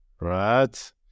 right